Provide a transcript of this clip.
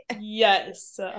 Yes